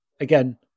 again